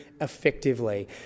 effectively